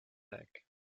back